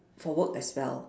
for work as well